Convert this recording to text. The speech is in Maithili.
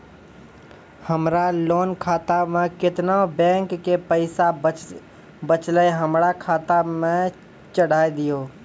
हमरा लोन खाता मे केतना बैंक के पैसा बचलै हमरा खाता मे चढ़ाय दिहो?